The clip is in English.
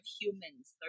humans